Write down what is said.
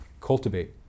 cultivate